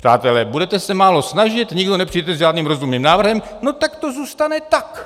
Přátelé, budete se málo snažit, nikdo nepřijdete s žádným rozumným návrhem, no tak to zůstane tak.